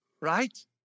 Right